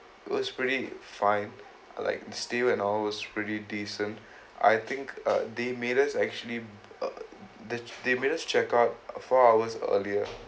it was pretty fine like still and all was pretty decent I think uh they made us actually uh the they made us check out four hours earlier